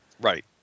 Right